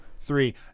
three